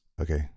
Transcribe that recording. Okay